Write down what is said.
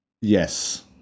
Yes